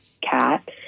cat